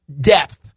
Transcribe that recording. depth